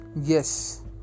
Yes